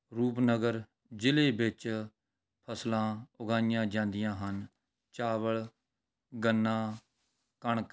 ਰੂਪਨਗਰ ਜ਼ਿਲ੍ਹੇ ਵਿੱਚ ਫਸਲਾਂ ਉਗਾਈਆਂ ਜਾਂਦੀਆਂ ਹਨ ਚਾਵਲ ਗੰਨਾ ਕਣਕ